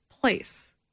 place